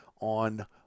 on